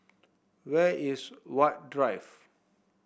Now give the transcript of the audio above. where is Huat Drive